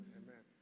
amen